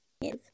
Yes